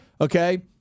okay